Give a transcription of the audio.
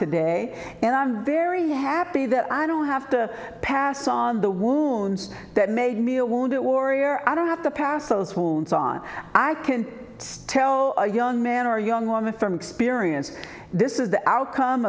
today and i'm very happy that i don't have to pass on the wounds that made me a wounded warrior i don't have to pass those wounds on i can still a young man or young woman from experience this is the outcome